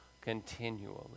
continually